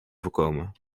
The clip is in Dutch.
voorkomen